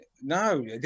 No